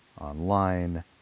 online